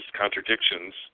contradictions